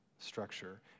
structure